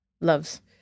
loves